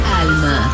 Alma